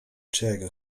czego